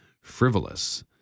frivolous